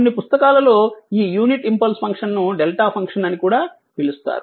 కొన్ని పుస్తకాలలో ఈ యూనిట్ ఇంపల్స్ ఫంక్షన్ను డెల్టా ఫంక్షన్ అని కూడా పిలుస్తారు